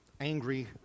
angry